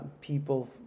people